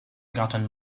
gotten